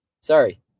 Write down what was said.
Sorry